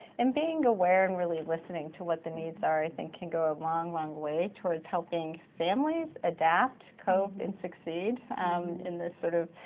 and being aware and really listening to what the needs are i think can go a long, long way towards helping families adapt, cope, and succeed in this sort of,